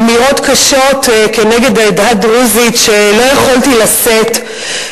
אמירות קשות כנגד העדה הדרוזית שלא יכולתי לשאת,